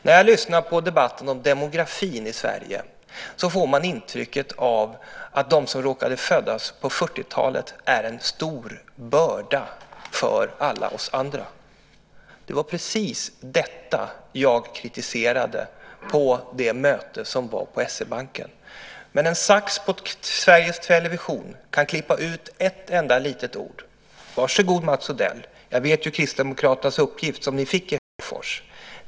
När jag lyssnar på debatten om demografin i Sverige får jag intrycket av att de som råkade födas på 40-talet är en stor börda för alla oss andra. Det var precis detta jag kritiserade på mötet på SE-banken. Men en sax på Sveriges Television kan klippa ut ett enda litet ord. Varsågod, Mats Odell. Jag känner till den uppgift Kristdemokraterna fick i Högfors.